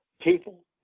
People